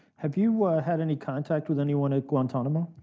have you had any contact with anyone at guantanamo?